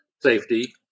safety